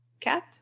cat